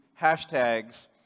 hashtags